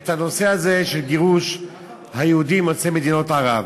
את הנושא הזה של גירוש היהודים ממדינות ערב.